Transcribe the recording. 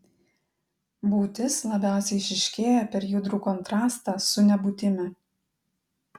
būtis labiausiai išryškėja per judrų kontrastą su nebūtimi